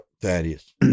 Thaddeus